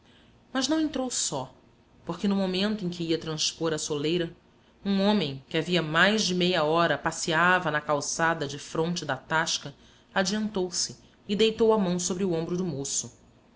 mas não entrou só porque no momento em que ia transpor a soleira um homem que havia mais de meia hora passeava na calçada defronte da tasca adiantou-se e deitou a mão sobre o ombro do moço